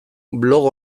blog